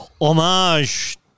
homage